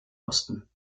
osten